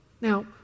Now